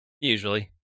Usually